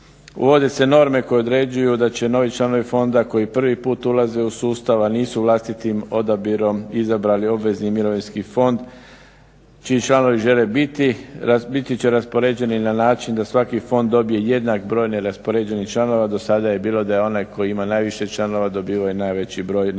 Uvode se norme koje određuju da će novi članovi fonda koji prvi put ulaze u sustav a nisu vlastitim odabirom izabrali obvezni mirovinski fond čiji članovi žele biti, biti će raspoređeni na način da svaki fond dobije jednak broj neraspoređenih članova. Dosada je bilo da onaj koji ima najviše članova dobivaju najveći broj neraspoređenih